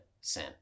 sin